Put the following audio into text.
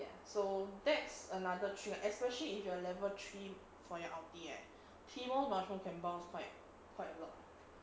ya so that's another thing especially if you are level three for your ultimate eh teemo mushroom can bounce quite quite a lot